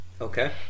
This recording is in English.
Okay